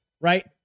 right